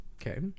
Okay